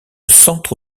centre